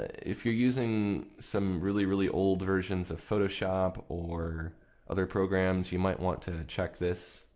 if you're using some really really old versions of photoshop or other programs you might want to check this.